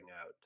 out